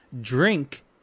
drink